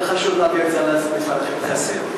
וחשוב להבהיר את זה לשר החקלאות.